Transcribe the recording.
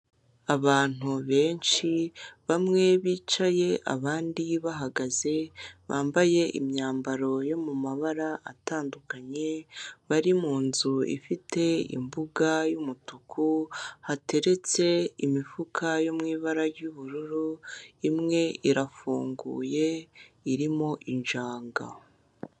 Abantu benshi bamwe bicaye abandi bahagaze, bambaye imyambaro yo mu mabara atandukanye, bari munzu, ifite imbuga y'umutuku, hateretse imiufuka yo mu ibara ry'ubururu, imwe irafunguye irimo injanga.